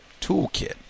toolkit